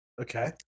Okay